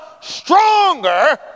stronger